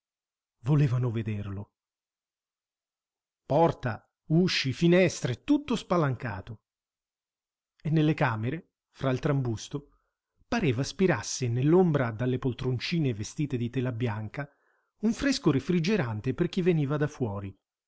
volevano vederlo porta usci finestre tutto spalancato e nelle camere fra il trambusto pareva spirasse nell'ombra dalle poltroncine vestite di tela bianca un fresco refrigerante per chi veniva da fuori